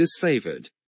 disfavored